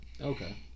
Okay